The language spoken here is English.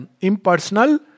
impersonal